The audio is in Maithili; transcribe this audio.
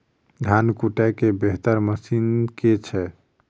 धान कुटय केँ बेहतर मशीन केँ छै?